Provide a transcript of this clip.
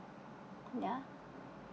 ya